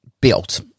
built